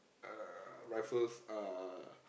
uh rifles are